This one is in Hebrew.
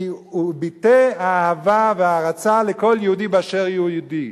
כי הוא ביטא אהבה והערצה לכל יהודי באשר הוא יהודי.